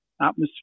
atmosphere